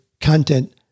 content